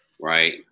Right